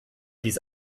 dies